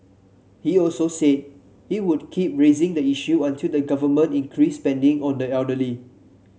he also said he would keep raising the issue until the Government increased spending on the elderly